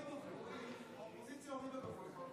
האופוזיציה הורידה דוברים.